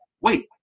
wait